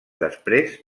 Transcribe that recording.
després